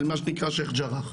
זה מה שנקרא שייח ג'ראח.